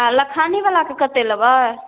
आओर लाखानीवला के कत्ते लेबै